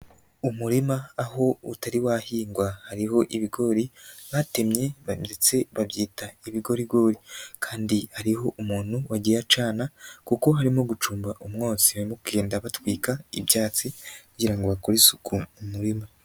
Umurima aho utari wahingwa hariho ibigori, batemye ndetse babyita ibigorigori, kandi hariho umuntu wagiye acana kuko harimo gucumba umwotsi, barimo kugenda batwika ibyatsi kugira ngo bakore isuku mu murima.